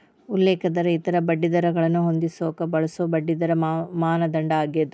ಉಲ್ಲೇಖ ದರ ಇತರ ಬಡ್ಡಿದರಗಳನ್ನ ಹೊಂದಿಸಕ ಬಳಸೊ ಬಡ್ಡಿದರ ಮಾನದಂಡ ಆಗ್ಯಾದ